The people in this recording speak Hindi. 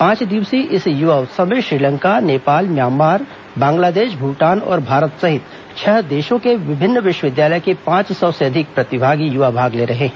पांच दिवसीय इस युवा उत्सव में श्रीलंका नेपाल म्यांमार बांग्लादेश भूटान और भारत सहित छह देशों के विभिन्न विश्वविद्यालय के पांच सौ से अधिक प्रतिभागी युवा भाग ले रहे हैं